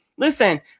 listen